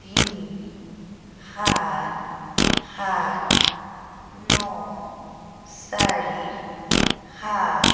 তিনি সাত সাত ন চাৰি সাত